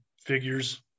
figures